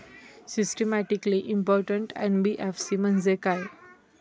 Systematically important NBFC म्हणजे काय?